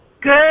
Good